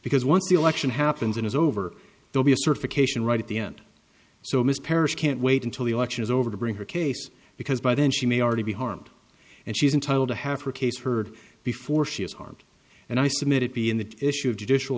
because once the election happens and is over they'll be a certification right at the end so ms parrish can't wait until the election is over to bring her case because by then she may already be harmed and she's entitled to have her case heard before she is harmed and i submit it be in the issue of judicial